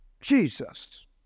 Jesus